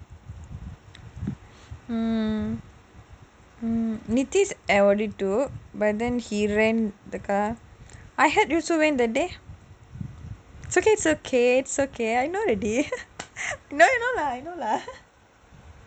nitish already took I heard you also went that day it's okay it's okay it's okay I know already